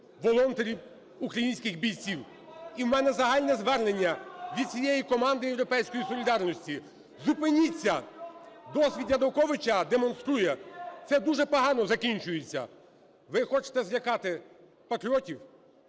волонтерів, українських бійців. І в мене загальне звернення від всієї команди "Європейської солідарності" – зупиніться! Досвід Януковича демонструє: це дуже погано закінчується. Ви хочете злякати патріотів,